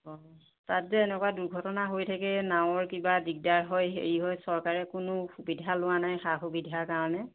তাত যে এনেকুৱা দুৰ্ঘটনা হৈ থাকে নাৱৰ কিবা দিগদাৰ হয় হেৰি হয় চৰকাৰে কোনো সুবিধা লোৱা নাই সা সুবিধাৰ কাৰণে